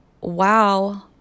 wow